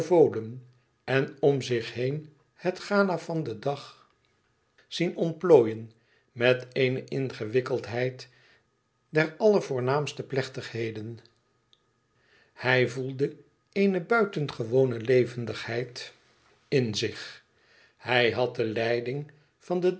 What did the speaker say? en om zich heen het gala van den dag zien ontplooien met eene ingewikkeldheid der allervoornaamste plechtigheden hij voelde eene buitengewone levendigheid in zich ij had de leiding van den